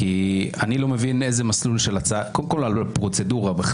קודם כול, על הפרוצדורה.